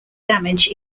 damage